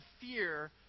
fear